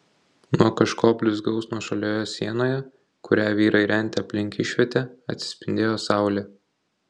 nuo kažko blizgaus nuošalioje sienoje kurią vyrai rentė aplink išvietę atsispindėjo saulė